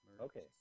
Okay